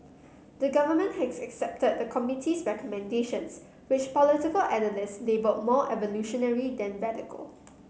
the Government has accepted the committee's recommendations which political analysts labelled more evolutionary than radical